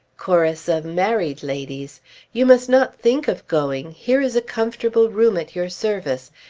chorus of married ladies you must not think of going. here is a comfortable room at your service,